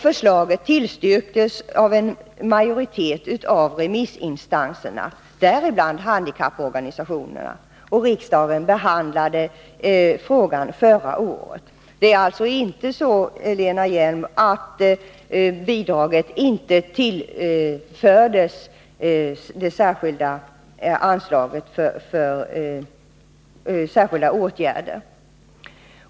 Förslaget tillstyrktes av en majoritet av remissinstanserna, däribland handikapporganisationerna, och riksdagen behandlade frågan förra året. Det är alltså inte så, Lena Hjelm-Wallén, att bidraget inte tillfördes anslaget för särskilda åtgärder.